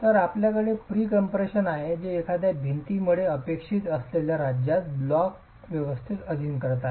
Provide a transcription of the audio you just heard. तर आपल्याकडे pre compression आहे जो एखाद्या भिंतीमध्ये अपेक्षित असलेल्या राज्यात ब्लॉक व्यवस्थेस अधीन करीत आहे